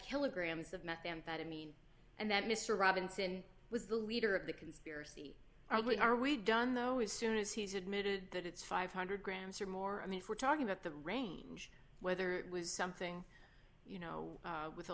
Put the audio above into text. kilograms of methamphetamine and that mr robinson was the leader of the conspiracy are we are we done though is soon as he's admitted that it's five hundred grams or more i mean if we're talking about the range whether it was something you know with